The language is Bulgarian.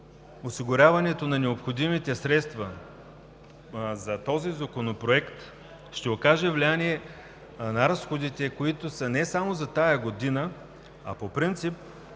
осигуряването на необходимите средства за този законопроект ще окаже влияние на разходите, които са не само за тази година, а по принцип